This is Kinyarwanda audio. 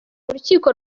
urukiko